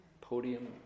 podium